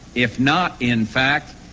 if not in fact,